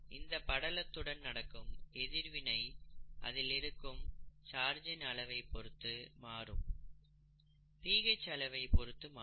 இந்த படலத்துடன் நடக்கும் எதிர்வினை அதில் இருக்கும் சார்ஜ் இன் அளவை பொருத்து மாறும் பிஹெச் அளவை பொருத்து மாறும்